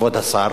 כבוד השר: